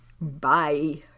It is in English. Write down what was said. Bye